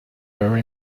very